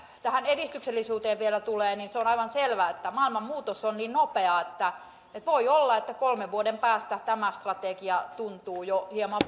tähän edistyksellisyyteen vielä tulee niin se on aivan selvä että maailman muutos on niin nopeaa että voi olla että kolmen vuoden päästä tämä strategia tuntuu jo hieman